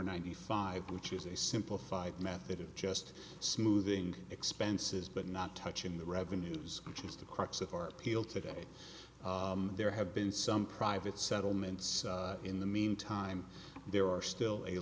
ninety five which is a simplified method of just smoothing expenses but not touching the revenues which is the crux of our appeal today there have been some private settlements in the meantime there are still a